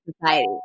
society